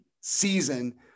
season